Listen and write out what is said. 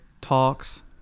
talks